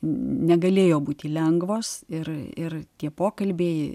negalėjo būti lengvos ir ir tie pokalbiai